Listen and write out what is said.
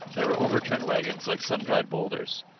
there were overturned wagons like sun-dried bowlders.